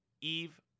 Eve